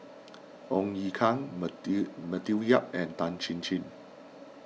Ong Ye Kung Matthew Yap and Tan Chin Chin